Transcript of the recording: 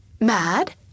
Mad